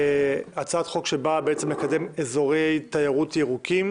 הצעת חוק שבעצם באה לקדם אזורי תיירות ירוקים.